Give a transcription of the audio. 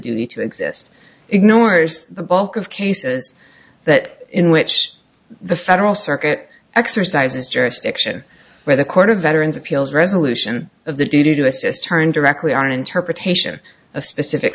duty to exist ignores the bulk of cases that in which the federal circuit exercises jurisdiction where the court of veterans appeals resolution of the duty to assist turn directly on interpretation of specific